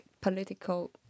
political